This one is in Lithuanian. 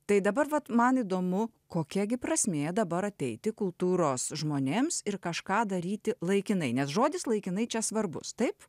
tai dabar vat man įdomu kokia gi prasmė dabar ateiti kultūros žmonėms ir kažką daryti laikinai nes žodis laikinai čia svarbus taip